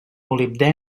molibdè